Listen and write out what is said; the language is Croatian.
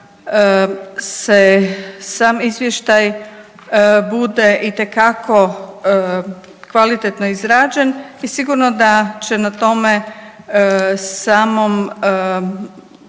sam izvještaj bude itekako kvalitetno izrađen i sigurno da će na tome samom